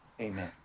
amen